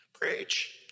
Preach